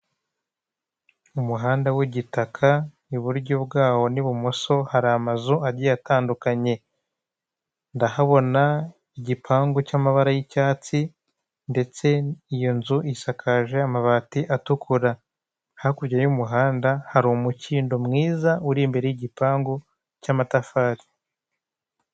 Umuhanda w'igitaka iburyo bwawo n'ibumoso hari amazu agiye atandukanye. Ndahabona igipangu cy'amabara y'icyatsi ndetse iyo nzu isakaje amabati atukura. Hakurya y'umuhanda hari umukindo mwiza uri imbere y'igipangu cy'amatafari.